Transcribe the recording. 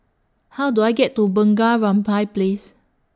How Do I get to Bunga Rampai Place